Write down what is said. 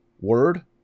word